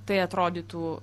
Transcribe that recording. tai atrodytų